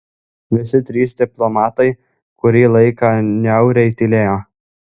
visi trys diplomatai kurį laiką niauriai tylėjo